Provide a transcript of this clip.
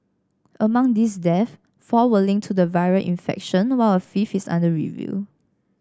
among these deaths four were linked to the viral infection while a fifth is under review